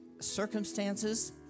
circumstances